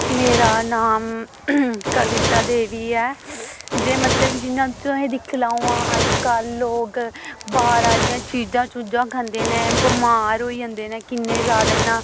मेरा नाम कविता देवी ऐ जे मतलब कि जि'यां तुस दिक्खी लैओ हां अजकल्ल लोग बाह्र आह्लियां चीजां चूजां खंदे न बमार होई जंदे न किन्ने जादा इ'यांं